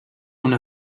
una